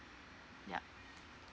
yup